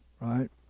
right